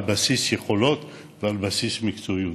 על בסיס יכולות ועל בסיס מקצועיות.